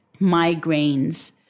migraines